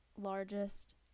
largest